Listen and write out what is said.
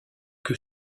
que